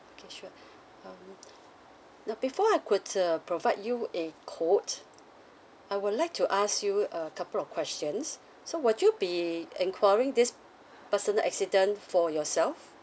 okay sure um now before I could uh provide you a quote I would like to ask you a couple of questions so will you be enquiring this personal accident for yourself